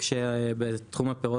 הם גרועים בשלב הזה.